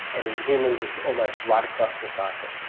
and in humans it's almost right across the cycle.